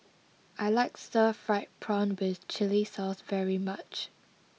I like Stir Fried Prawn with Chili Sauce very much